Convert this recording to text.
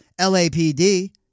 LAPD